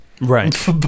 right